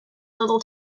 little